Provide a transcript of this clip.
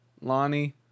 Lonnie